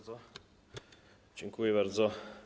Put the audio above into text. Dziękuję bardzo.